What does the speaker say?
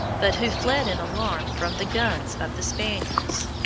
but who fled in alarm from the guns of the spaniards.